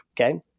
Okay